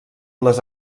les